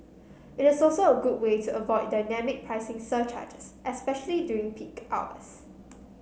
it is also a good way to avoid dynamic pricing surcharges especially during peak hours